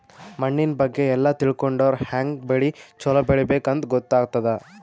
ಮಣ್ಣಿನ್ ಬಗ್ಗೆ ಎಲ್ಲ ತಿಳ್ಕೊಂಡರ್ ಹ್ಯಾಂಗ್ ಬೆಳಿ ಛಲೋ ಬೆಳಿಬೇಕ್ ಅಂತ್ ಗೊತ್ತಾಗ್ತದ್